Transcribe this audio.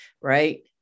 right